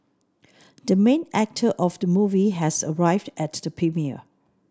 the main actor of the movie has arrived at the premiere